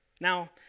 Now